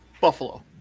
Buffalo